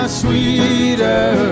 sweeter